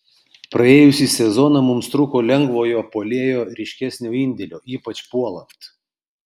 praėjusį sezoną mums trūko lengvojo puolėjo ryškesnio indėlio ypač puolant